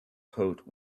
coat